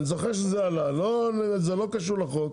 אני זוכר שזה עלה, זה לא קשור לחוק,